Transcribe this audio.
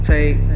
Take